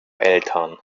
eltern